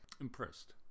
Impressed